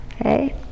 Okay